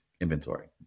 inventory